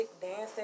dancing